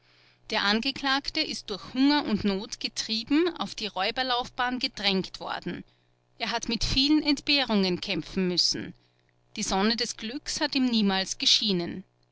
der angeklagte ist durch hunger und not getrieben auf die räuberlaufbahn gedrängt worden er hat mit vielen entbehrungen kämpfen müssen die sonne des glückes hat ihm niemals geschienen